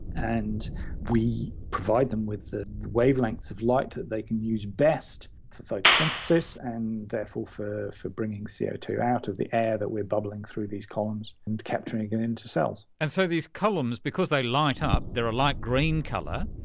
and we provide them with the wavelengths of light that they can use best for photosynthesis and therefore for for bringing c o two out of the air that we are bubbling through these columns and capturing it into cells. and so these columns, because they light ah up, they are a light green colour,